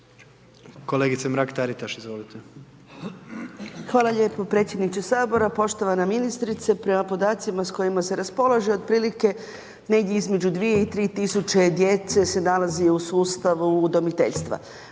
izvolite. **Mrak-Taritaš, Anka (GLAS)** Hvala lijepo predsjedniče Sabora. Poštovana ministrice, prema podacima s kojima se raspolaže otprilike negdje između 2 i 3 tisuće djece se nalazi u sustavu udomiteljstva.